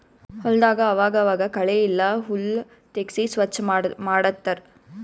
ಹೊಲದಾಗ್ ಆವಾಗ್ ಆವಾಗ್ ಕಳೆ ಇಲ್ಲ ಹುಲ್ಲ್ ತೆಗ್ಸಿ ಸ್ವಚ್ ಮಾಡತ್ತರ್